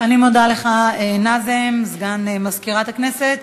אני מודה לך, נאזם, סגן מזכירת הכנסת.